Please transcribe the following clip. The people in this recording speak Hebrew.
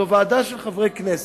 זאת ועדה של חברי כנסת,